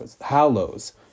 Hallows